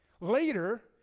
Later